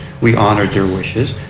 we honored their wishes.